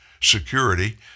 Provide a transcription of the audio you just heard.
security